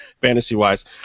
fantasy-wise